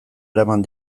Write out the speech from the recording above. eraman